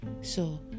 So